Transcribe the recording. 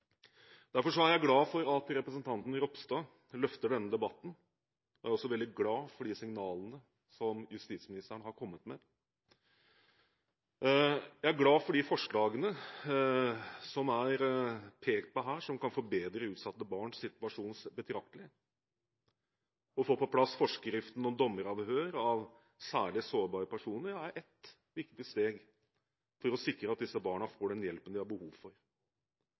Derfor er jeg glad for at representanten Ropstad løfter denne debatten, og jeg er også veldig glad for de signalene som justisministeren har kommet med. Jeg er glad for de forslagene som er pekt på her, som kan forbedre utsatte barns situasjon betraktelig. Å få på plass forskriften om dommeravhør av særlig sårbare personer er ett viktig steg for å sikre at disse barna får den hjelpen de har behov for.